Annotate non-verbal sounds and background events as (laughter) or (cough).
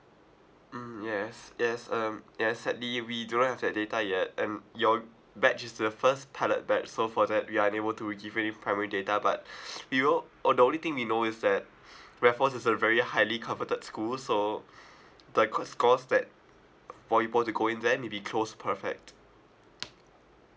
mm yes yes um yes sadly we don't have that data yet and your batch is the first pilot batch so for that we are unable to give you any primary data but (breath) we will oh the only thing we know is that raffles is a very highly coveted school so the cut scores that for people to go in there maybe close to perfect